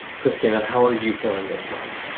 christina, how are you feeling this month?